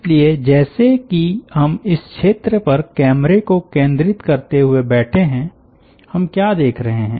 इसलिए जैसे कि हम इस क्षेत्र पर कैमरे को केंद्रित करते हुए बैठे हैं हम क्या देख रहे हैं